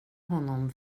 honom